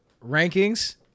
rankings